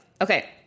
Okay